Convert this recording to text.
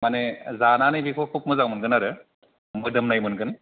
माने जानानै बेखौ खोब मोजां मोनगोन आरो मोदोमनाय मोनगोन